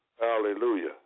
Hallelujah